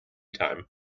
time